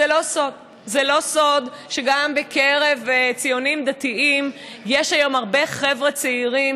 זה לא סוד שגם בקרב ציונים דתיים יש היום הרבה חבר'ה צעירים,